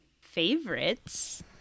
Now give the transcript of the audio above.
favorites